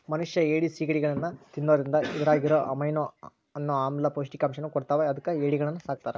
ಮನಷ್ಯಾ ಏಡಿ, ಸಿಗಡಿಗಳನ್ನ ತಿನ್ನೋದ್ರಿಂದ ಇದ್ರಾಗಿರೋ ಅಮೈನೋ ಅನ್ನೋ ಆಮ್ಲ ಪೌಷ್ಟಿಕಾಂಶವನ್ನ ಕೊಡ್ತಾವ ಅದಕ್ಕ ಏಡಿಗಳನ್ನ ಸಾಕ್ತಾರ